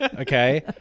Okay